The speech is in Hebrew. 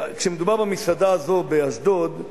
מדובר במסעדה הזו באשדוד,